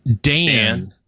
Dan